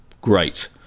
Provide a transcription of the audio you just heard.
great